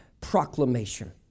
proclamation